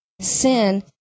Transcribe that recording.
sin